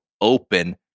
open